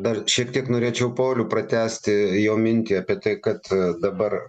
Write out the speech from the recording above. dar šiek tiek norėčiau paulių pratęsti jo mintį apie tai kad dabar